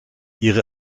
ihre